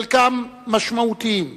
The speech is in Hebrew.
חלקם משמעותיים,